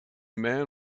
man